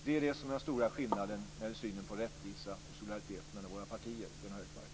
Det är det som är den stora skillnaden när det gäller synen på rättvisa och solidaritet mellan våra partier, Gunnar Hökmark.